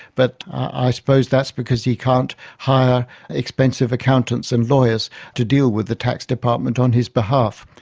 but i suppose that's because he can't hire expensive accountants and lawyers to deal with the tax department on his behalf.